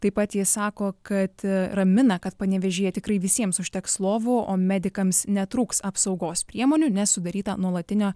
taip pat jis sako kad ramina kad ramina kad panevėžyje tikrai visiems užteks lovų o medikams netrūks apsaugos priemonių nes sudaryta nuolatinio